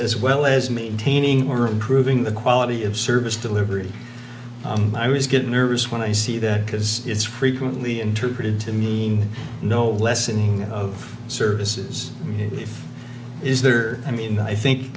as well as maintaining or improving the quality of service delivery i always get nervous when i see that because it's frequently interpreted to mean no lessening of services is there i mean i think